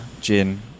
gin